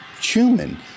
human